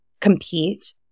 compete